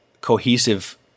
cohesive